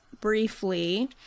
briefly